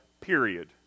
period